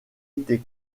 été